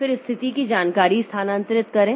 फिर स्थिति की जानकारी स्थानांतरित करें